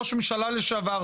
ראש ממשלה לשעבר,